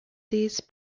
these